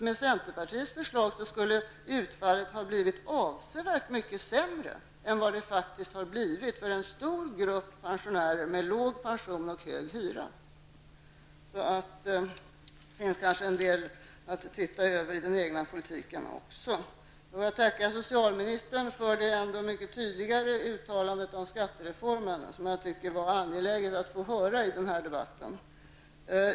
Med centerns förslag skulle utfallet alltså ha blivit avsevärt sämre än det faktiskt har blivit för en stor grupp pensionärer med låg pension och hög hyra. Det finns kanske en del att se över i den egna politiken också? Jag tackar socialministern för det mycket tydligare uttalande om skattereformen som hon nu gjorde och som jag tyckte det var angeläget att få höra i den här debatten.